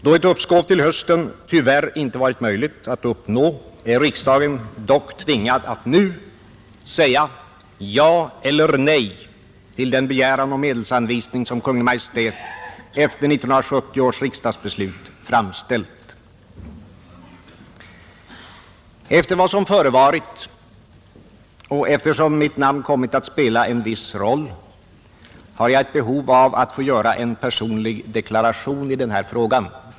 Då ett uppskov till hösten tyvärr inte varit möjligt att uppnå är riksdagen dock tvingad att nu säga ja eller nej till den begäran om medelsanvisning som Kungl. Maj:t efter 1970 års riksdagsbeslut framställt. Efter vad som förevarit — och eftersom mitt namn kommit att spela en viss roll — har jag ett behov av att få göra en personlig deklaration i den här frågan.